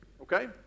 Okay